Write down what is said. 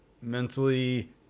mentally